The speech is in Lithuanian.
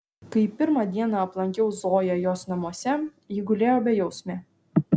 kai pirmą dieną aplankiau zoją jos namuose ji gulėjo bejausmė